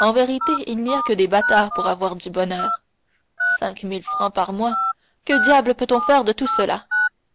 en vérité il n'y a que des bâtards pour avoir du bonheur cinq mille francs par mois que diable peut-on faire de tout cela